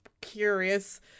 curious